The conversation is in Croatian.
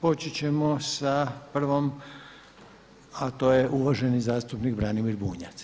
Počet ćemo sa prvom, a to je uvaženi zastupnik Branimir Bunjac.